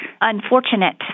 unfortunate